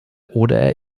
oder